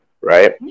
right